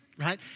Right